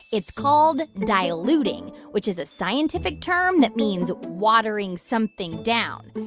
it's called diluting, which is a scientific term that means watering something down,